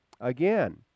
again